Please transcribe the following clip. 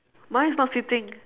mine is not sitting